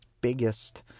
biggest